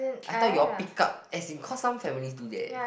I thought you are pick up as in cause some family do that